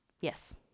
Yes